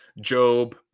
Job